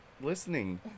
listening